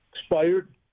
Expired